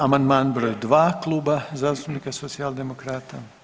Amandman broj 2. Kluba zastupnika Socijaldemokrata.